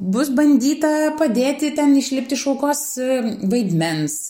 bus bandyta padėti ten išlipti iš aukos vaidmens